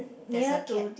there's a cat